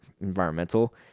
environmental